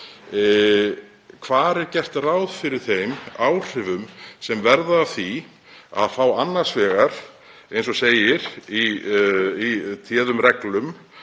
Hvar er gert ráð fyrir þeim áhrifum sem verða af því að fá annars vegar, eins og segir í téðum reglum,